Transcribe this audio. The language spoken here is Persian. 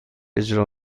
اجرا